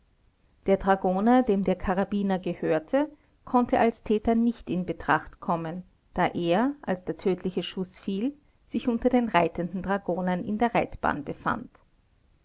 der dragoner dem der karabiner gehörte konnte als täter nicht in betracht kommen da er als der tödliche schuß fiel sich unter den reitenden dragonern in der reitbahn befand